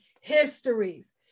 histories